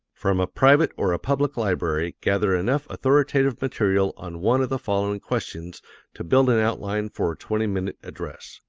from a private or a public library gather enough authoritative material on one of the following questions to build an outline for a twenty-minute address.